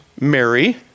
Mary